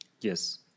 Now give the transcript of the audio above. Yes